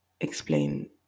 explain